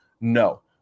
No